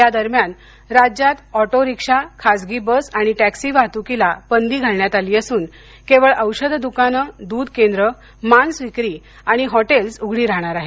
या दरम्यान राज्यात ऑटो रिक्षा खाजगी बस आणि टॅक्सी वाहतुकीला बंदी घालण्यात आली असून केवळ औषध दुकाने दुध केंद्र मांस विक्री आणि हॉटेल्स उघडी राहणार आहेत